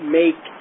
make